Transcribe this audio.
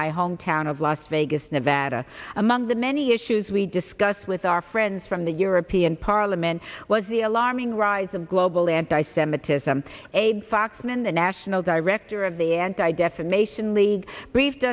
my hometown of las vegas nevada among the many issues we discussed with our friends from the european parliament was the alarming rise of global anti semitism foxman the national director of the anti defamation league